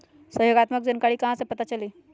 सहयोगात्मक जानकारी कहा से पता चली?